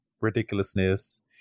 ridiculousness